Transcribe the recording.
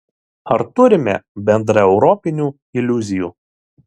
ar turime bendraeuropinių iliuzijų